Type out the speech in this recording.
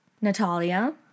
Natalia